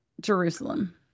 Jerusalem